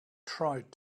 tried